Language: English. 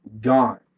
gone